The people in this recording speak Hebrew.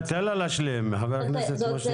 תן לה להשלים, חבר הכנסת ארבל,